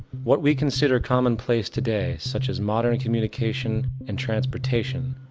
what we consider commonplace today such as modern communication and transportation,